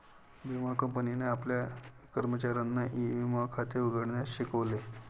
विमा कंपनीने आपल्या कर्मचाऱ्यांना ई विमा खाते उघडण्यास शिकवले